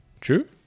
True